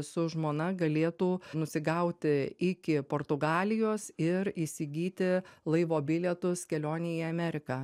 su žmona galėtų nusigauti iki portugalijos ir įsigyti laivo bilietus kelionei į ameriką